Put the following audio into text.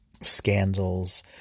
scandals